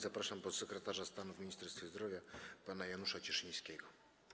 Zapraszam podsekretarza stanu w Ministerstwie Zdrowia pana Janusza Cieszyńskiego.